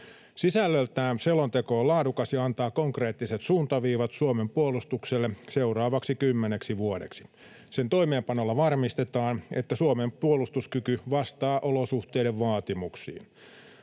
Sisällöltään selonteko on laadukas ja antaa konkreettiset suuntaviivat Suomen puolustukselle seuraavaksi kymmeneksi vuodeksi. Sen toimeenpanolla varmistetaan, että Suomen puolustuskyky vastaa olosuhteiden vaatimuksiin.